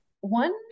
One